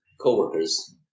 coworkers